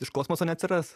iš kosmoso neatsiras